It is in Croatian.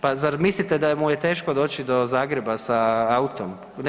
Pa zar mislite da mu je teško doći do Zagreba sa autom?